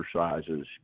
exercises